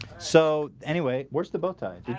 so anyway, where's the bow tied?